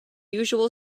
usual